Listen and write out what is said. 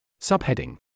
Subheading